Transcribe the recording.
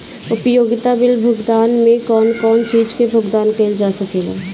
उपयोगिता बिल भुगतान में कौन कौन चीज के भुगतान कइल जा सके ला?